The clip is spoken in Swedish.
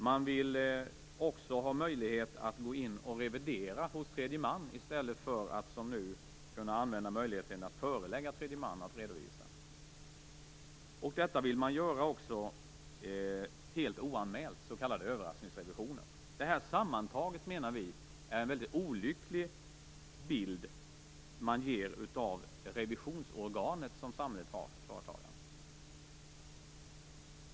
Man vill också ha möjlighet att gå in och revidera hos tredje man i stället för att som nu kunna använda möjligheten att förelägga tredje man att redovisa. Detta vill man också göra helt oanmält, s.k. överraskningsrevisioner. Vi menar att detta sammantaget är en mycket olycklig bild som man ger av revisionsorganet som samhället har för företagarna.